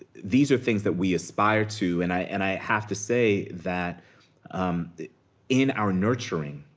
these are things that we aspire to, and i and i have to say that um that in our nurturing,